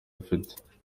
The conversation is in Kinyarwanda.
ufite